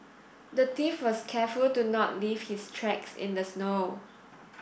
the thief was careful to not leave his tracks in the snow